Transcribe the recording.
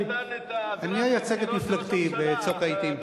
אני אייצג את מפלגתי, בצוק העתים.